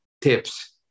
tips